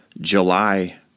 July